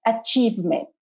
achievement